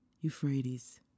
Euphrates